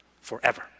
forever